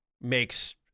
makes